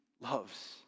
loves